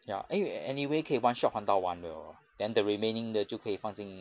ya anyway anyway 可以 one shot 还到完的 lor then the remaining 的就可以放进